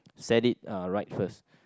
set it uh right first